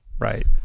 Right